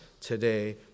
today